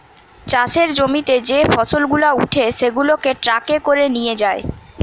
চাষের জমিতে যে ফসল গুলা উঠে সেগুলাকে ট্রাকে করে নিয়ে যায়